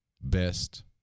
best